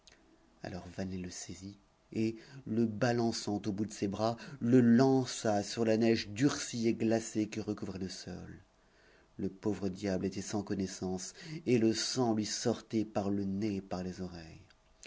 alors vanelet le saisit et le balançant au bout de ses bras le lança sur la neige durcie et glacée qui recouvrait le sol le pauvre diable était sans connaissance et le sang lui sortait par le nez et par les oreilles